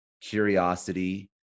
curiosity